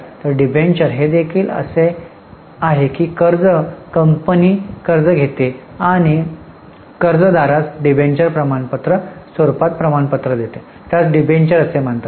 तर डिबेंचर हेदेखील असे आहे की कर्ज कंपनी कर्ज घेते आणि कर्जदारास डिबेंचर प्रमाणपत्र स्वरूपात प्रमाणपत्र देते त्यास डीबेंचर असे म्हणतात